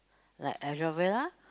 like aloe vera